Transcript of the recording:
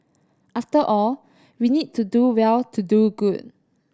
after all we need to do well to do good